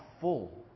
full